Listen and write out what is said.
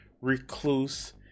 recluse